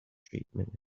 treatment